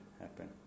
happen